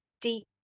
deep